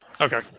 Okay